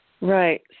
Right